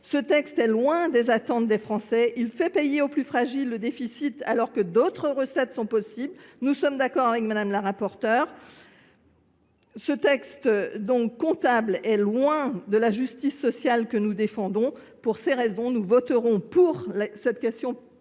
de loi est loin des attentes des Français. Il fait payer aux plus fragiles le déficit, alors que d’autres recettes sont possibles – nous sommes d’accord sur ce point avec Mme la rapporteure générale. Ce texte comptable est loin de la justice sociale que nous défendons. Pour ces raisons, nous voterons en faveur de la motion